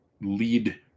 lead